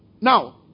Now